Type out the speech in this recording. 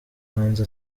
bahanzi